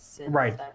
Right